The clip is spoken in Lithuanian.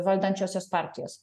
valdančiosios partijos